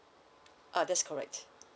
ah that's correct